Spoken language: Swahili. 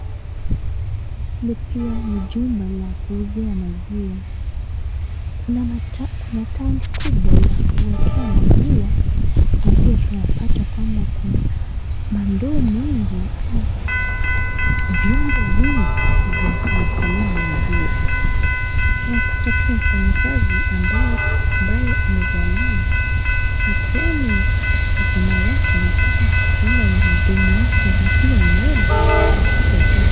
Hile pia ni jumba la kuuzia maziwa, kuna tangi kubwa ya kuekea maziwa na pia tunapata kwamba kuna mandoo mingi ama vyombo vingi vya kuwekea maziwa. Tunapata pia mfanyikazi ambaye amevalia aproni ya samawati na pia kufunga gudumu wake na pia nywele kuhakikisha uchafu.